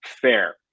Fair